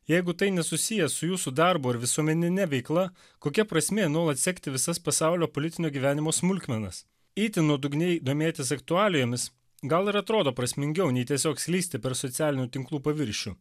jeigu tai nesusiję su jūsų darbu ar visuomenine veikla kokia prasmė nuolat sekti visas pasaulio politinio gyvenimo smulkmenas itin nuodugniai domėtis aktualijomis gal ir atrodo prasmingiau nei tiesiog slysti per socialinių tinklų paviršių